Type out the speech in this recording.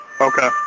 Okay